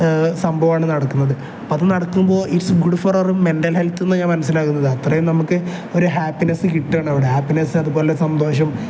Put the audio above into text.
സംഭവമാണ് നടക്കുന്നത് അപ്പം അത് നടക്കുമ്പോൾ it is good for our mental health എന്ന് ഞാൻ മനസ്സിലാക്കുന്നത് അത്രയും നമുക്ക് ഒരു ഹാപ്പിനസ്സ് കിട്ടുകയാണ് അവിടെ ഹാപ്പിനെസ്സ് അതുപോലെ സന്തോഷം